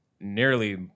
nearly